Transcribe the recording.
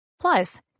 Plus